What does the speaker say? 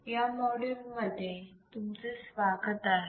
या माॅड्यूल मध्ये तुमचे स्वागत आहे